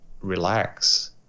relax